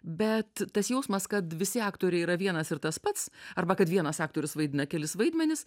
bet tas jausmas kad visi aktoriai yra vienas ir tas pats arba kad vienas aktorius vaidina kelis vaidmenis